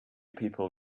people